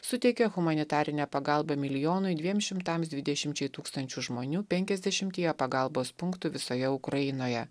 suteikė humanitarinę pagalbą milijonui dviem šimtams dvidešimčiai tūkstančių žmonių penkiasdešimtyje pagalbos punktų visoje ukrainoje